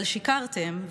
אבל שיקרתם,